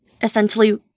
essentially